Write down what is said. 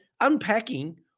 unpacking